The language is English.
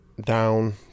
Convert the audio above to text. down